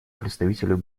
представителю